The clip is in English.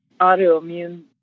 autoimmune